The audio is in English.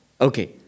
Okay